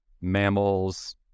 mammals